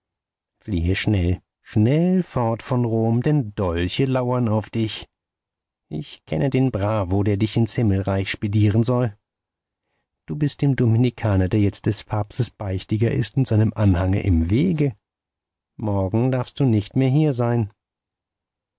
fliehe schnell schnell fort von rom denn dolche lauern auf dich ich kenne den bravo der dich ins himmelreich spedieren soll du bist dem dominikaner der jetzt des papstes beichtiger ist und seinem anhange im wege morgen darfst du nicht mehr hier sein